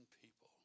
people